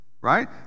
right